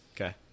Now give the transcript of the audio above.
Okay